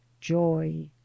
JOY